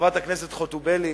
חברת הכנסת חוטובלי,